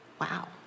Wow